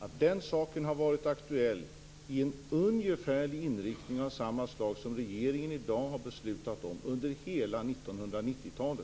att den saken har varit aktuell i en ungefärlig inriktning av samma slag under hela 1990-talet som den som regeringen i dag har fattat beslut om.